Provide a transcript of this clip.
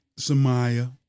Samaya